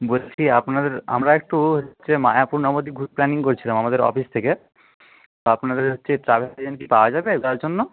বলছি আপনাদের আমরা একটু হচ্ছে মায়াপুর নবদ্বীপ প্ল্যানিং করছিলাম আমাদের অফিস থেকে তো আপনাদের হচ্ছে ট্রাভেল এজেন্ট কি পাওয়া যাবে জন্য